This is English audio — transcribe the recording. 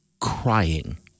crying